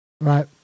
right